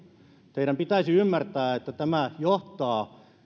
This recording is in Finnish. teidän pitäisi ymmärtää että tämä teidän politiikkanne johtaa